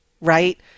right